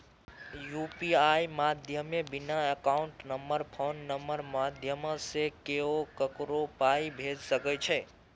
UPI माध्यमे बिना account number phone नंबरक माध्यमसँ केओ ककरो पाइ भेजि सकै छै